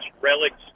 relics